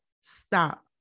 stop